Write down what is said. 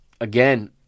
again